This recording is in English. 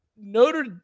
Notre